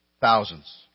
Thousands